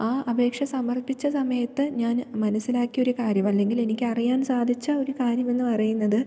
ആ അപേക്ഷ സമർപ്പിച്ച സമയത്ത് ഞാൻ മനസ്സിലാക്കിയ ഒരു കാര്യം അല്ലെങ്കിൽ എനിക്ക് അറിയാൻ സാധിച്ച ഒരു കാര്യമെന്ന് പറയുന്നത്